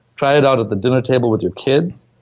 try it out at the dinner table with your kids.